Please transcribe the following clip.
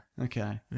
Okay